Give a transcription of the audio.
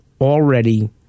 already